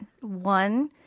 one